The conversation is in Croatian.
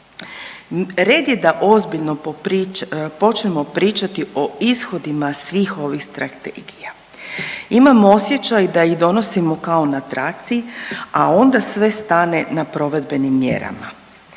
Red je da ozbiljno počnemo pričati o ishodima svih ovih strategija. Imam osjećaj da ih donosimo kao na traci, a onda sve stane na provedbenim mjerama.